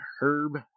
Herb